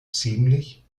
ziemlich